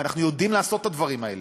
ואנחנו יודעים לעשות את הדברים האלה.